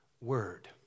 word